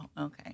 okay